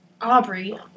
Aubrey